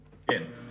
כן.